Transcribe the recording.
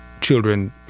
children